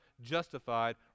justified